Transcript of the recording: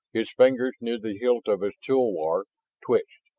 his fingers, near the hilt of his tulwar, twitched.